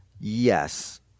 Yes